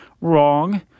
Wrong